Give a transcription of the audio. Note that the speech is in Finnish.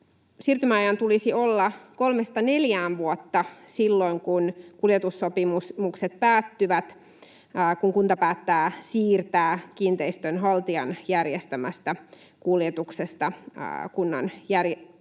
siirtymäajan tulisi olla kolmesta neljään vuotta silloin, kun kuljetussopimukset päättyvät, kun kunta päättää siirtyä kiinteistönhaltijan järjestämästä kuljetuksesta kunnan järjestämään